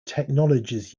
technologies